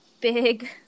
big